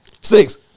Six